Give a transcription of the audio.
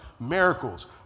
Miracles